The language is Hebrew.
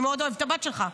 ואני מאוד אוהבת את הבת שלך,